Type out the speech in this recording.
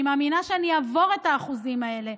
אני מאמינה שאני אעבור את האחוזים האלה,